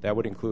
that would include